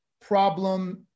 problem